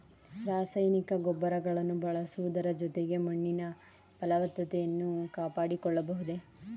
ರಾಸಾಯನಿಕ ಗೊಬ್ಬರಗಳನ್ನು ಬಳಸುವುದರ ಜೊತೆಗೆ ಮಣ್ಣಿನ ಫಲವತ್ತತೆಯನ್ನು ಕಾಪಾಡಿಕೊಳ್ಳಬಹುದೇ?